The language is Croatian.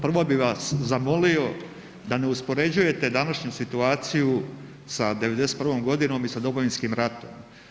Prvo bi vas zamolio da uspoređujete današnju situaciju sa '91. godinom i sa Domovinskim ratom.